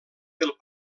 del